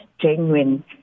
genuine